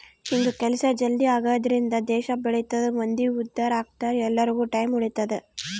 ಹಿಂಗ ಕೆಲ್ಸ ಜಲ್ದೀ ಆಗದ್ರಿಂದ ದೇಶ ಬೆಳಿತದ ಮಂದಿ ಉದ್ದಾರ ಅಗ್ತರ ಎಲ್ಲಾರ್ಗು ಟೈಮ್ ಉಳಿತದ